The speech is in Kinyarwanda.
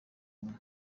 umwe